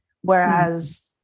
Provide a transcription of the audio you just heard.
Whereas